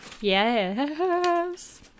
Yes